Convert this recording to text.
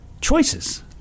choices